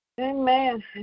Amen